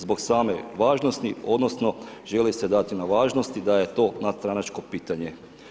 Zbog same važnosti odnosno želi se dati na važnosti da je to nadstranačko pitanje.